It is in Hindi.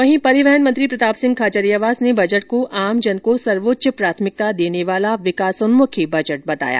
वहीं परिवहन मंत्री प्रताप सिंह खाचरियावास ने बजट को आमजन को सर्वोच्च प्राथमिकता देने वाला विकासोन्मुखी बताया